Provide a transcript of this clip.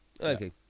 Okay